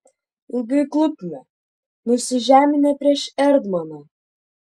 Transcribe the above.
ilgai klūpime nusižeminę prieš erdmaną